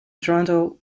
toronto